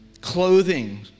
clothing